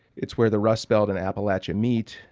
it's where the rust belt and appalachia meet.